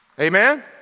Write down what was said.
Amen